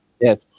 Yes